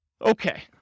Okay